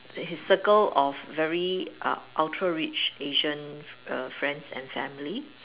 his circle of very uh Ultra rich Asians friends and family